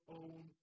own